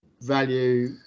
value